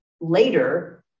later